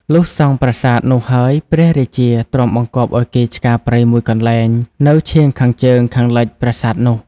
លុះសង់ប្រាសាទនោះហើយ ព្រះរាជាទ្រង់បង្គាប់ឲ្យគេឆ្ការព្រៃមួយកន្លែង នៅឈាងខាងជើងខាងលិចប្រាសាទនោះ